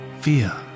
fear